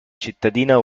cittadina